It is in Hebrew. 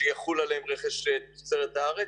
שיחול עליהם רכש תוצרת הארץ,